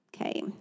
Okay